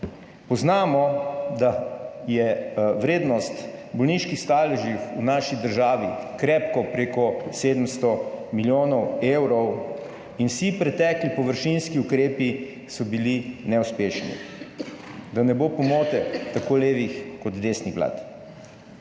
Poznamo, da je vrednost bolniških staležev v naši državi krepko preko 700 milijonov evrov in vsi pretekli površinski ukrepi so bi neuspešni, da ne bo pomote, tako levih kot desnih vlad.